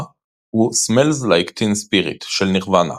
הוא "Smells Like Teen Spirit" של נירוונה,